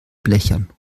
blechern